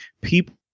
people